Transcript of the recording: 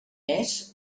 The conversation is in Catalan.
mes